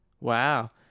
wow